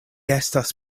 estas